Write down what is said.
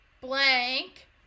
blank